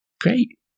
Great